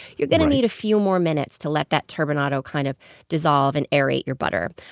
you're going to need a few more minutes to let that turbinado kind of dissolve and aerate your butter.